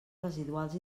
residuals